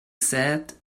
said